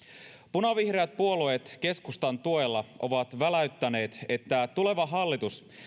punavihreät puolueet keskustan tuella ovat väläyttäneet että tuleva hallitus